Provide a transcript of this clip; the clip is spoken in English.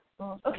Okay